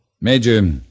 Major